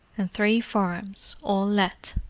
and three farms all let.